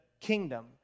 kingdom